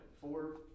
four